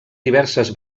diverses